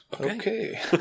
Okay